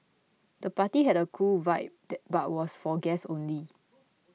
the party had a cool vibe but was for guests only